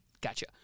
gotcha